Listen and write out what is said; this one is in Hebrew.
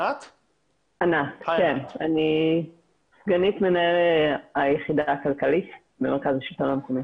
אני סגנית מנהל היחידה הכלכלית במרכז השלטון המקומי.